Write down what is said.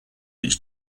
its